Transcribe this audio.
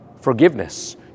forgiveness